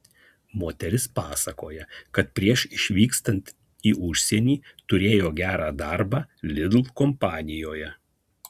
moteris pasakoja kad prieš išvykstant į užsienį turėjo gerą darbą lidl kompanijoje